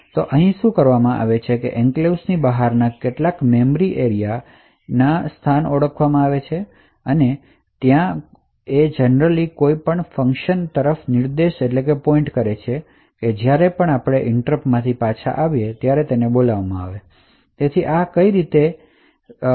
તેથી અહીં શું કરવામાં આવે છે તે છે કે એન્ક્લેવ્સ ની બહારના કેટલાક મેમરી સ્થાન સ્પષ્ટ થયેલ છે અને તે સામાન્ય રીતે જ્યારે પણ ઇન્ટરપ્ટમાંથી પાછા આવે છે ત્યારે બોલાવવામાં આવતા કોઈ ફંક્શન તરફ નિર્દેશ કરે છે